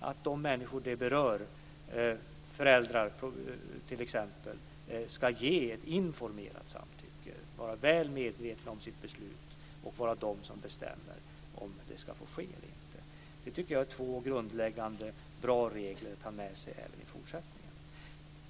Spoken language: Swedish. att de människor det berör, t.ex. föräldrar, ska ge ett informerat samtycke, vara väl medvetna om sitt beslut och vara de som bestämmer om det ska få ske eller inte. Det tycker jag är två grundläggande bra regler att ta med sig även i fortsättningen.